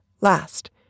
LAST